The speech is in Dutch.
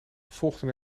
volgen